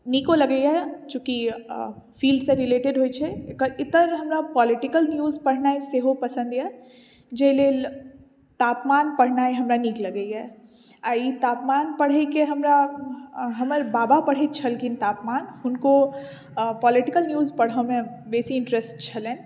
नीको लगैया चूँकि फ़ील्डसॅं रिलेटेड होइ छै एकर इतर हमरा पोलिटिकल न्यूज पढ़नाइ सेहो पसंद अछि जाहि लेल तापमान पढ़नाइ हमरा नीक लगैया आ इ तापमान पढ़यके हमरा हमर बाबा पढ़ैत छलखिन तापमान हुनको पोलिटिकल न्यूज पढ़ऽ मे बेसी इंट्रेस्ट छलनि